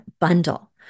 bundle